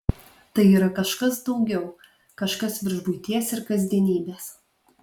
tai yra kažkas daugiau kažkas virš buities ir kasdienybės